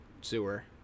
sewer